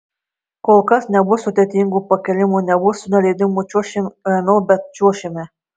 kol kas nebus sudėtingų pakėlimų nebus nuleidimų čiuošime ramiau bet čiuošime